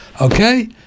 Okay